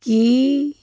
ਕੀ